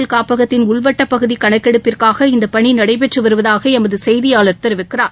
இந்த காப்பகத்தின் உள்வட்டப் பகுதி கணக்கெடுப்பிற்காக இந்த பணி நடைபெற்று வருவதாக எமது செய்தியாளர் தெரிவிக்கிறார்